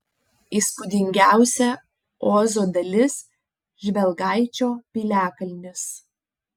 įspūdingiausia ozo dalis žvelgaičio piliakalnis